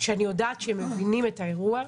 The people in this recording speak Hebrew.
אני יודעת שהם מבינים את האירוע,